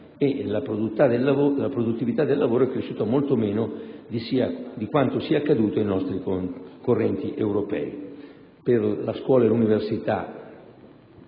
La produttività del lavoro è cresciuta molto meno di quanto sia accaduto ai nostri concorrenti europei. Per la scuola e l'università